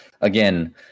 again